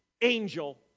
angel